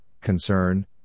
concern